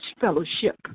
fellowship